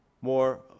more